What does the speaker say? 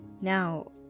Now